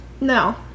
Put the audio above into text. No